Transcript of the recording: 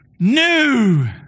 new